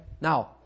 Now